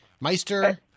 Meister